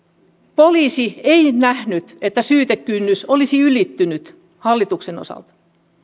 poliisi ei nähnyt että syytekynnys olisi ylittynyt hallituksen osalta